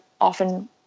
often